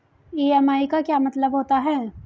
EMI का क्या मतलब होता है?